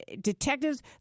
detectives